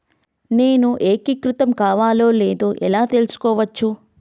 నేను ఏకీకృతం కావాలో లేదో ఎలా తెలుసుకోవచ్చు?